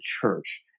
church